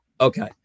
Okay